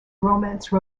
romance